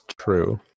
true